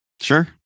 Sure